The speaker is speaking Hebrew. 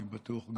אני בטוח,